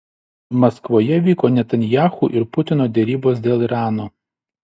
maskvoje vyko netanyahu ir putino derybos dėl irano